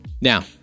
Now